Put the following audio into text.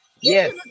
Yes